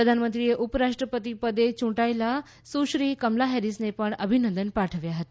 પ્રધાનમંત્રીએ ઉપરાષ્ટ્રપતિ પદે ચુંટાયેલા સુશ્રી કમલા હેરીસને પણ અભિનંદન પાઠવ્યા હતા